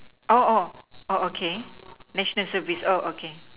oh oh oh okay national service oh okay